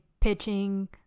pitching